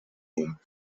name